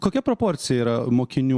kokia proporcija yra mokinių